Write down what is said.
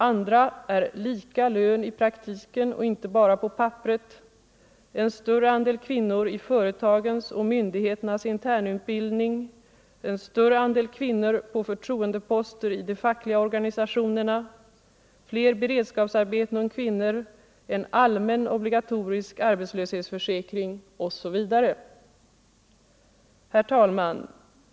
Andra är lika lön i praktiken och inte bara på papperet, en större 35 andel kvinnor i företagens och myndigheternas internutbildning, en större andel kvinnor på förtroendeposter i de fackliga organisationerna, fler beredskapsarbeten åt kvinnor, en allmän obligatorisk arbetslöshetsförsäkring osv. Herr talman!